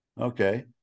okay